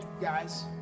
guys